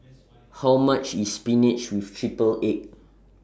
How much IS Spinach with Triple Egg